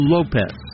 Lopez